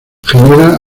genera